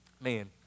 man